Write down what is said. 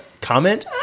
comment